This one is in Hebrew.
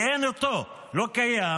כי אין אותו, לא קיים,